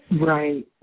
Right